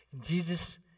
Jesus